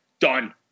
done